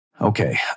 Okay